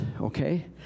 okay